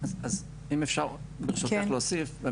אז אם אפשר, ברשותך להוסיף.